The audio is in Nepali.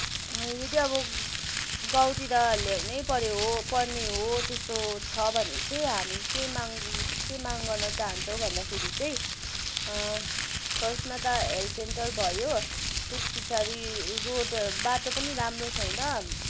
यदि अब गाउँतिर ल्याउने परे हो पर्ने हो त्यस्तो छ भने चाहिँ हामी के माग के माग गर्न चाहन्छौँ भन्दाखेरि चाहिँ फर्स्टमा त हेल्थ सेन्टर भयो त्यस पछाडि रोड बाटो पनि राम्रो छैन